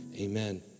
Amen